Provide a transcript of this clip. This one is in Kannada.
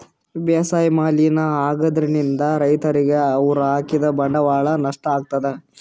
ಬೇಸಾಯ್ ಮಲಿನ್ ಆಗ್ತದ್ರಿನ್ದ್ ರೈತರಿಗ್ ಅವ್ರ್ ಹಾಕಿದ್ ಬಂಡವಾಳ್ ನಷ್ಟ್ ಆಗ್ತದಾ